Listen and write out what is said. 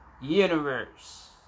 universe